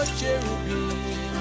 cherubim